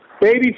baby